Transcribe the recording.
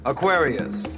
Aquarius